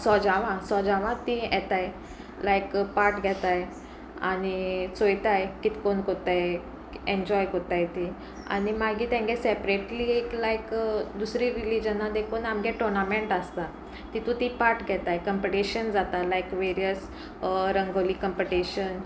सोजावां सोजावां तीं येताय लायक पार्ट घेताय आनी चोयताय कितकोन करत्ताय एन्जॉय कोत्ताय तीं आनी मागीर तेंगे सेपरेटली एक लायक दुसरी रिलीजना देखून आमगे टोर्नामेंट आसता तितू ती पार्ट घेताय कंपिटिशन जाता लायक वेरियस रंगोली कंपिटिशन